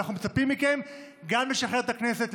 אנחנו מצפים מכם גם לשחרר את הכנסת,